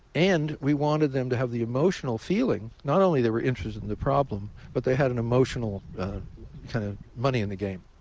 and we wanted them to have the emotional feeling not only they were interested in the problem, but they had an emotional kind of money in the game.